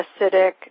acidic